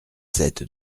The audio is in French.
sept